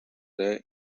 their